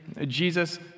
Jesus